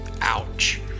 Ouch